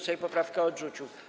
Sejm poprawkę odrzucił.